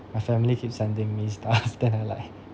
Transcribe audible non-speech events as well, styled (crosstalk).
my family keeps sending me (laughs) stuff that I like